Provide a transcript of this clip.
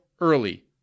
early